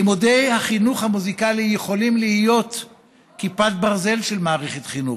לימודי החינוך המוזיקלי יכולים להיות כיפת ברזל של מערכת חינוך,